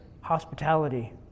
hospitality